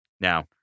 Now